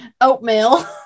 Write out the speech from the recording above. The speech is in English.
Oatmeal